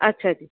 ਅੱਛਾ ਜੀ